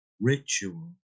ritual